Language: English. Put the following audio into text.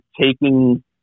taking